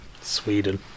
Sweden